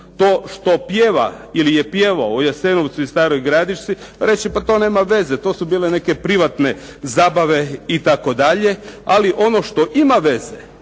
To što pjeva ili je pjevao o Jasenovcu ili Staroj Gradišci reći će pa to nema veze, to su bile neke privatne zabave itd. Ali ono što ima veze